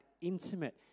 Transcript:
intimate